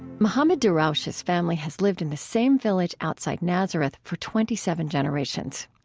mohammad darawshe's family has lived in the same village outside nazareth for twenty seven generations.